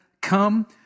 come